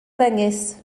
ddengys